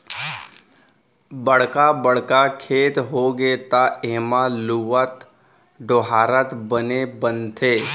बड़का बड़का खेत होगे त एमा लुवत, डोहारत बने बनथे